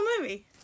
movie